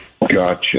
Gotcha